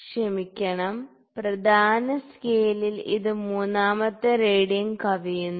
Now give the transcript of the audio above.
ക്ഷമിക്കണം പ്രധാന സ്കെയിലിൽ ഇത് മൂന്നാമത്തെ റീഡിങ് കവിയുന്നു